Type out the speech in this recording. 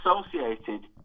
associated